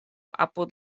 apud